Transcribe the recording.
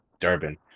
Durban